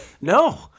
No